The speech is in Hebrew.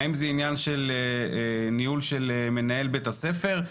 האם זה עניין של ניהול של בית ספר,